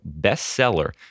bestseller